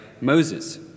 Moses